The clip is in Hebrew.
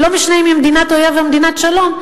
לא משנה אם היא מדינת אויב או מדינת שלום,